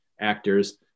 actors